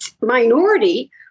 minority